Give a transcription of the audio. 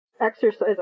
exercise